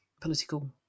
political